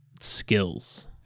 skills